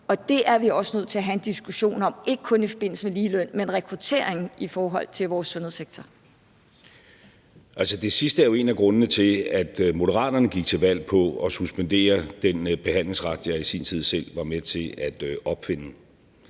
og det er vi også nødt til at have en diskussion om, ikke kun i forbindelse med ligeløn, men i forhold til rekruttering til vores sundhedssektor. Kl. 14:11 Lars Løkke Rasmussen (M): Det sidste er jo en af grundene til, at Moderaterne gik til valg på at suspendere den behandlingsret, jeg i sin tid selv var med til at opfinde,